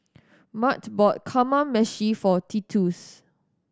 Mart bought Kamameshi for Titus